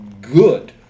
good